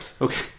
Okay